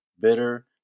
bitter